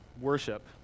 worship